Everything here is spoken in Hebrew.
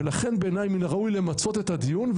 ולכן בעיניי מן הראוי למצות את הדיון,